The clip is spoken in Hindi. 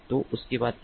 तो उसके बाद क्या